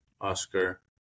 Oscar